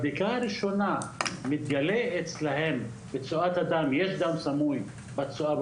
אחרי שמתגלה אצלם בבדיקה הראשונה דם סמוי בצואה,